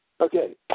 Okay